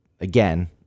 again